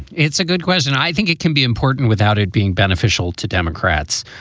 it's a good question i think it can be important without it being beneficial to democrats,